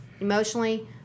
emotionally